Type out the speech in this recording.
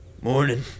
morning